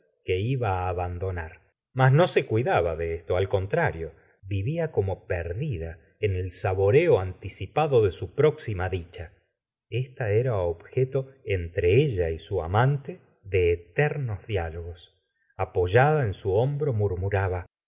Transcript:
que iba ú abandonar mas no se cuidaba de esto al contrario vivía como perdida en el saboreo anticipado de su próxima dicha esta era objeto entre ella y su amante de eternos diálogos apoyada en su hombro murmuraba